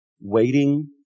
waiting